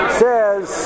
says